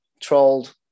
trolled